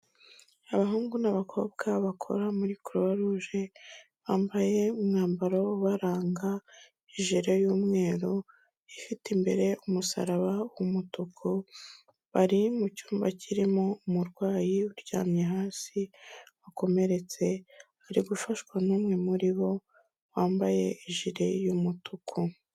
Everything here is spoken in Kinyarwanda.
Abahungu n'abakobwa bakora muri croix rouge, bambaye umwambaro ubaranga, ijire y'umweru ifite imbere umusaraba w'umutuku, bari mu cyumba kirimo umurwayi uryamye hasi wakomeretse, ari gufashwa n'umwe muri bo wambaye ijire y'umutuku.